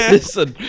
Listen